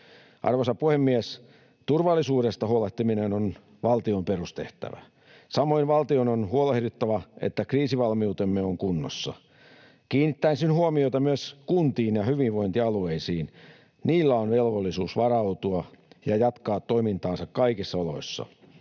Arvoisa puhemies! Turvallisuudesta huolehtiminen on valtion perustehtävä. Samoin valtion on huolehdittava, että kriisivalmiutemme on kunnossa. Kiinnittäisin huomiota myös kuntiin ja hyvinvointialueisiin, niillä on velvollisuus varautua ja jatkaa toimintaansa kaikissa oloissa.